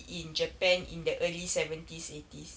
in japan in the early seventies eighties